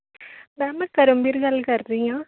ma'am ਮੈਂ ਕਰਮਵੀਰ ਗੱਲ ਕਰ ਰਹੀ ਹਾਂ